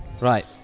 Right